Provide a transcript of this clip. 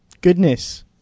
goodness